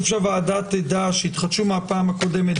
שהוועדה תדע שהתחדשו מהפעם הקודמת.